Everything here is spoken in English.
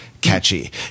catchy